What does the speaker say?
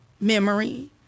memory